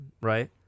right